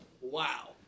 Wow